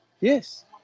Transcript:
Yes